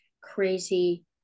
crazy